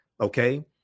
Okay